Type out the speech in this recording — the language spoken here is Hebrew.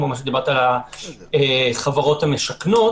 כמו מה שדיברת על החברות המשכנות,